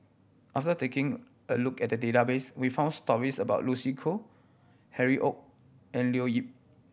after taking a look at the database we found stories about Lucy Koh Harry Ord and Leo Yip